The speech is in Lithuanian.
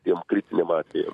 tiem kritiniam atvejam